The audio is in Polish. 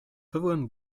pełen